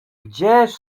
gdzież